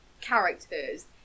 characters